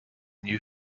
new